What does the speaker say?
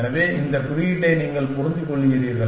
எனவே இந்த குறியீட்டை நீங்கள் புரிந்துகொள்கிறீர்கள்